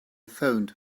phoned